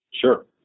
Sure